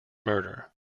murder